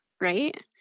right